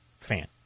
fan